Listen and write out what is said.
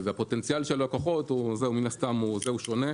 הפוטנציאל של הלקוחות מן הסתם הוא שונה.